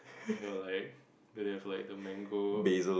they got like they have like the mango